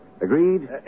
Agreed